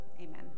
Amen